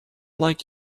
like